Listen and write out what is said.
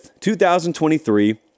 2023